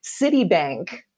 Citibank